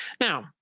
Now